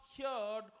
heard